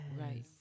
Right